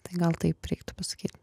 tai gal taip reiktų pasakyt